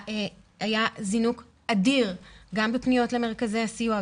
היה זינוק אדיר גם בפניות למרכזי סיוע,